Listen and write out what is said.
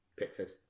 Pickford